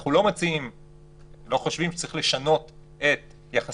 אנחנו לא חושבים שצריך לשנות את יחסי